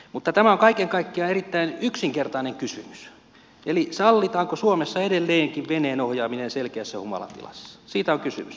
tämä on kaiken kaikkiaan erittäin yksinkertainen kysymys eli sallitaanko suomessa edelleenkin veneen ohjaaminen selkeässä humalatilassa siitä on kysymys